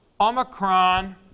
Omicron